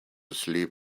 sleep